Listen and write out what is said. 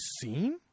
seen